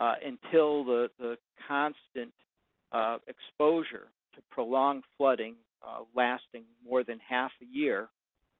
until the the constant um exposure to prolonged flooding lasting more than half a year